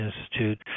Institute